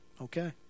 Okay